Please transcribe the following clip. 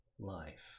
life